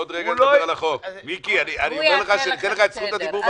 בעוד רגע נדבר על הצעת החוק ואז אתן לך את זכות הדיבור.